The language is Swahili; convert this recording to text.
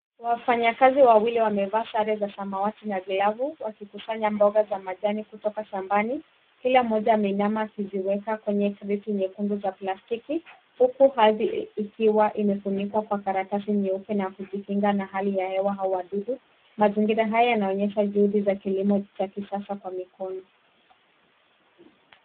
Wafanyakazi wawili wamevaa sare za samawati na glavu wakikusanya mboga za majani kutoka shambani. Kila mmoja ameinama akiziweka kwenye kreti nyekundu za plastiki huku ardhi ikiwa imefunikwa kwa karatasi nyeupe na kujikinga na hali ya hewa au wadudu. Mazingira haya yanaonyesha juhudi za kilimo cha kisasa kwa mikono.